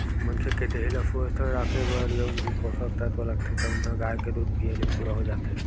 मनखे के देहे ल सुवस्थ राखे बर जउन भी पोसक तत्व लागथे तउन ह गाय के दूद पीए ले पूरा हो जाथे